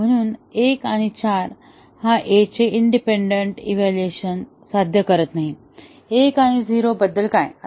आणि म्हणून 1 आणि 4 हा A चे इंडिपेंडंट इव्हॅल्युएशन साध्य करत नाहीत 1 0 बद्दल काय